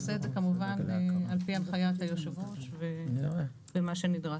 ונעשה את זה כמובן על פי הנחיית היו"ר ומה שנדרש.